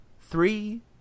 three